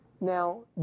now